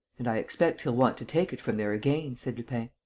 and i expect he'll want to take it from there again, said lupin.